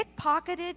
pickpocketed